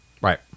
Right